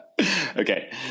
Okay